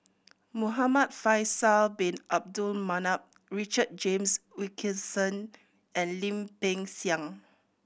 Muhamad Faisal Bin Abdul Manap Richard James Wilkinson and Lim Peng Siang